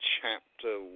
chapter